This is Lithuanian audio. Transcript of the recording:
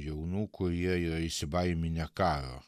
jaunų kurie jie įsibaiminę karo